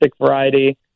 variety